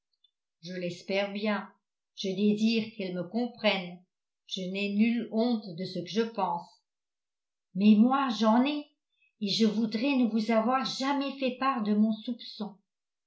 je l'espère bien je désire qu'elle me comprenne je n'ai nulle honte de ce que je pense mais moi j'en ai et je voudrais ne vous avoir jamais fait part de mon soupçon